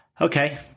okay